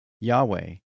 Yahweh